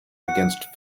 against